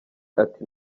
ati